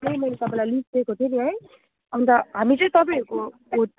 ए मैले तपाईँलाई लिस्ट दिएको थिएँ नि है अन्त हामी चाहिँ तपाईँहरूको होटल